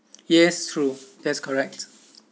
yes true that's correct